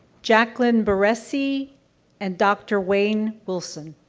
jacqueline baressi and dr. wayne wilson.